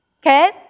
okay